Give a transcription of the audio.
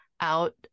out